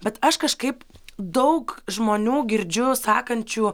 bet aš kažkaip daug žmonių girdžiu sakančių